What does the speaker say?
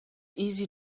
easy